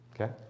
Okay